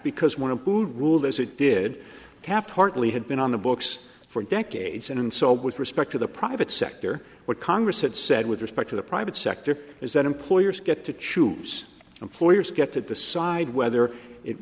because one of who ruled as it did have to hartley had been on the books for decades and so with respect to the private sector what congress had said with respect to the private sector is that employers get to choose employers get to decide whether it